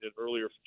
earlier